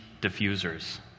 diffusers